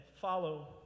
follow